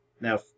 Now